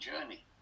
journey